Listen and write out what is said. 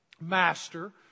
Master